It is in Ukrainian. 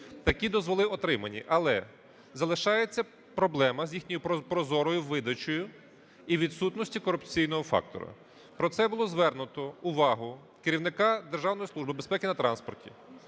Такі дозволи отримані, але залишається проблема з їх прозорою видачею і відсутності корупційного фактору. Про це було звернуто увагу керівника Державної служби на безпеки на транспорті.